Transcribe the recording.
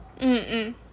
mm mm